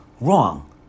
wrong